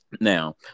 Now